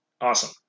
awesome